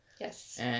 Yes